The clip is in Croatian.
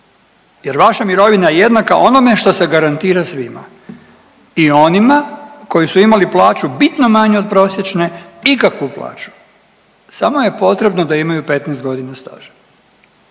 jer vaša mirovina je jednaka onome što se garantira svima i onima koji su imali plaću bitno manju od prosječne, ikakvu plaću, samo je potrebno da imaju 15.g. staža.